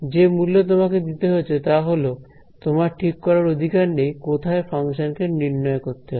যে মূল্য তোমাকে দিতে হচ্ছে তা হল তোমার ঠিক করার অধিকার নেই কোথায় ফাংশন কে নির্ণয় করতে হবে